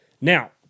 Now